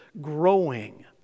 growing